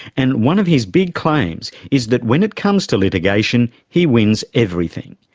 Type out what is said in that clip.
and one of his big claims is that when it comes to litigation he wins everything.